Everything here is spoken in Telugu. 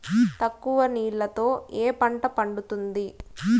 తక్కువ నీళ్లతో ఏ పంట పండుతుంది?